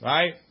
Right